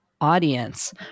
audience